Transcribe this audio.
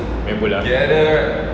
main bola